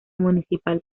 municipal